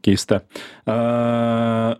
keista a